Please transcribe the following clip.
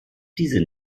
diese